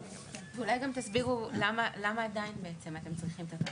אולי גם תסבירו למה עדיין אתם צריכים בעצם את הטופס?